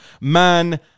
Man